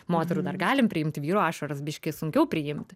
moterų dar galim priimti vyrų ašaras biškį sunkiau priimti